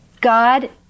God